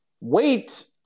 Wait